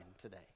today